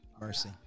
Mercy